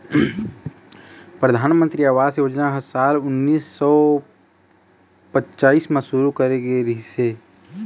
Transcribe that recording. परधानमंतरी आवास योजना ह साल उन्नीस सौ पच्चाइस म शुरू करे गे रिहिस हे